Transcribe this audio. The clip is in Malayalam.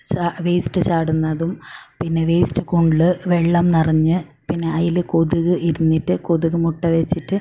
സ വേസ്റ്റ് ചാടുന്നതും പിന്നെ വേസ്റ്റ് കൊണ്ട് വെള്ളം നിറഞ്ഞ് പിന്നെ അതിൽ കൊതുക് ഇരുന്നിട്ട് കൊതുക് മുട്ട വെച്ചിട്ട്